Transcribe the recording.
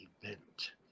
event